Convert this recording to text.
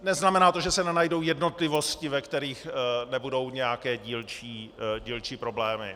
Neznamená to, že se nenajdou jednotlivosti, ve kterých nebudou nějaké dílčí problémy.